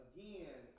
Again